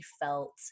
felt